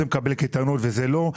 שזה מקבל קייטנות וזה לא,